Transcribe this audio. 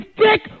dick